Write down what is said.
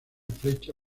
flecha